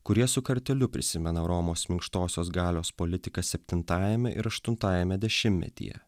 kurie su kartėliu prisimena romos minkštosios galios politika septintajame ir aštuntajame dešimtmetyje